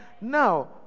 Now